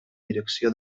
direcció